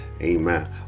Amen